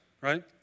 right